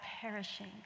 perishing